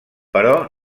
però